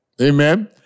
Amen